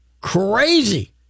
crazy